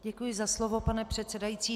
Děkuji za slovo, pane předsedající.